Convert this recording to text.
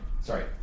Sorry